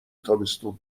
تابستون